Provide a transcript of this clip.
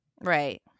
Right